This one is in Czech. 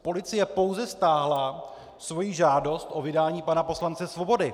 Policie pouze stáhla svoji žádost o vydání pana poslance Svobody.